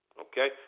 Okay